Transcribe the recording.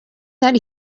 that